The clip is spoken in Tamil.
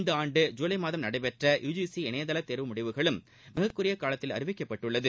இந்த ஆண்டு ஜூலை மாதம் நடைபெற்ற யு ஜி சி இணையதள தேர்வு முடிவுகளும் மிகக்குறுகிய காலத்தில் அறிவிக்கப்பட்டுள்ளது